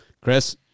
Chris